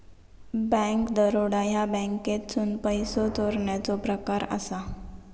bank दरोडा ह्या बँकेतसून पैसो चोरण्याचो प्रकार असा